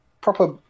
proper